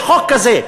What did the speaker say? יש חוק כזה.